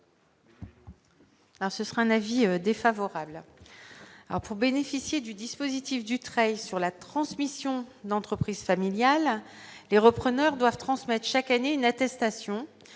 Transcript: ce sera un avis défavorable, alors pour bénéficier du dispositif du travail sur la transmission d'entreprise familiale, les repreneurs doivent transmettre chaque année une attestation